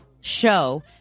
show